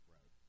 Road